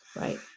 right